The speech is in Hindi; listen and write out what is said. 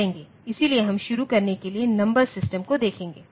इसलिए हम शुरू करने के लिए नंबर सिस्टम को देखेंगे